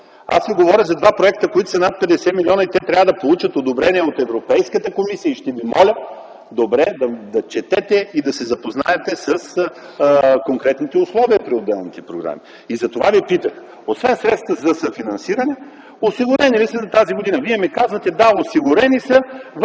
Аз Ви говоря за два проекта, които са над 50 милиона, и те трябва да получат одобрение от Европейската комисия. И ще Ви моля добре да четете и да се запознаете с конкретните условия при отделните програми. И затова Ви питах, освен средствата за съфинансиране, осигурени ли са за тази година. Вие ми казвате: да, осигурени са